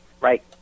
right